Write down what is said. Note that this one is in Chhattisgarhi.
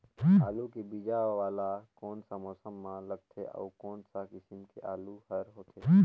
आलू के बीजा वाला कोन सा मौसम म लगथे अउ कोन सा किसम के आलू हर होथे?